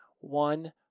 One